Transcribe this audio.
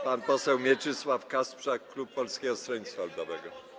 Pan poseł Mieczysław Kasprzak, klub Polskiego Stronnictwa Ludowego.